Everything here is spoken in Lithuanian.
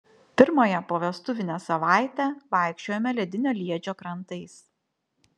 pirmąją povestuvinę savaitę vaikščiojome ledinio liedžio krantais